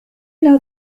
know